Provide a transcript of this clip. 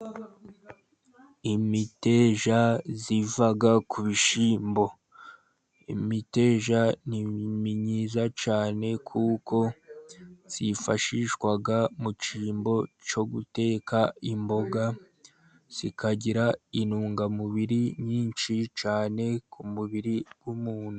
Imiteja iva ku bishyimbo. Imiteja ni myiza cyane, kuko yifashishwa mu cyimbo cyo guteka imboga, ikagira intungamubiri nyinshi cyane ku mubiri w'umuntu.